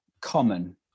common